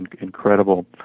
incredible